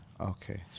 Okay